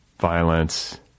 violence